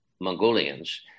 Mongolians